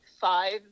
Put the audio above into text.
five